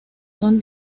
son